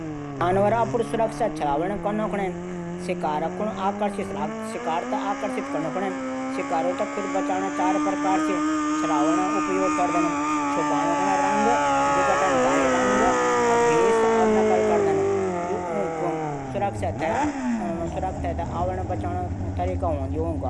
कुछ जानवर अपणु सुरक्षा छलावरण कनू कुणैक शिकार थै आकर्षित कनू कणै खुद बचाण चार प्रकार रंग विघटनकारी रंग भेष और नकल कयदिना। यू ऊक अपडू छलावरण बचाणू तरीका हूंदा।